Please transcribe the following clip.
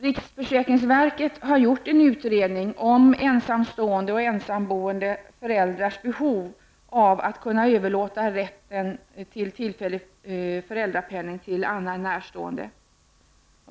Riksförsäkringsverket har gjort en utredning om ensamstående och ensamboende föräldrars behov av att kunna överlåta rätten till tillfällig föräldrapenning till annan närstående.